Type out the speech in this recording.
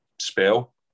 spell